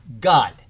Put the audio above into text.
God